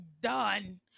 done